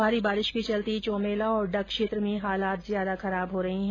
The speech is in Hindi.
भारी बारिश के चलते चौमेला और डग क्षेत्र में हालात ज्यादा खराब हो रहे है